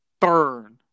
burn